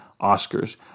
Oscars